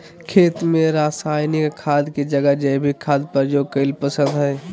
खेत में रासायनिक खाद के जगह जैविक खाद प्रयोग कईल पसंद हई